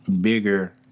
bigger